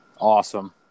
Awesome